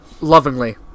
Lovingly